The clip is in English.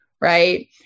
Right